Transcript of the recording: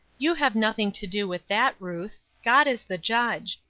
you have nothing to do with that, ruth god is the judge.